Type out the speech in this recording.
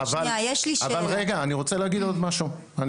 אני רוצה להגיד עוד משהו.